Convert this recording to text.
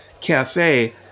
cafe